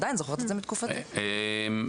אנחנו